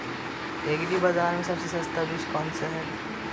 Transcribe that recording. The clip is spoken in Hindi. एग्री बाज़ार में सबसे सस्ता बीज कौनसा है?